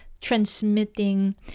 transmitting